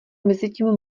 mezitím